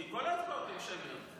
כי כל ההצבעות הן שמיות.